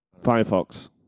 Firefox